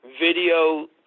video